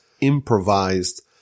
improvised